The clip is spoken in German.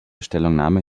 stellungnahme